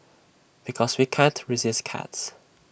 because we can't resist cats